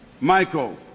Michael